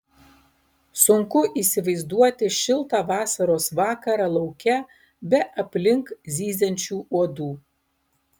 sunku įsivaizduoti šiltą vasaros vakarą lauke be aplink zyziančių uodų